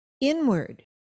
inward